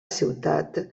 ciutat